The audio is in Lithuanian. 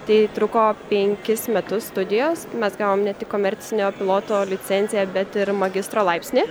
tai truko penkis metus studijos mes gavom ne tik komercinio piloto licenciją bet ir magistro laipsnį